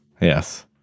Yes